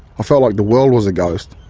felt like the world was a ghost.